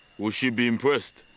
will she be impressed?